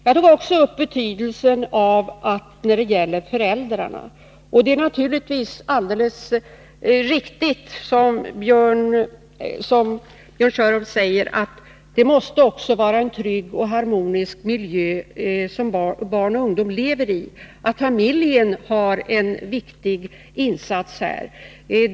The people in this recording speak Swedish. Jag tog också upp frågan om föräldrarnas betydelse. Det är naturligtvis alldeles riktigt — som Björn Körlof säger — att den miljö som barn och ungdomar lever i måste vara trygg och harmonisk och att familjen har en viktig insats att göra här.